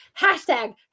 Hashtag